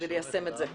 וליישם את זה.